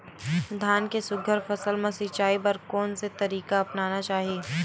धान के सुघ्घर फसल के सिचाई बर कोन से तरीका अपनाना चाहि?